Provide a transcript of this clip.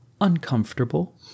uncomfortable